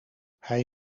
hij